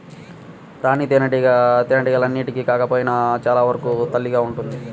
రాణి తేనెటీగ తేనెటీగలన్నింటికి కాకపోయినా చాలా వరకు తల్లిగా ఉంటుంది